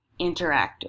interactive